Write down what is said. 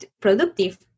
productive